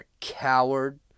coward